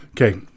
Okay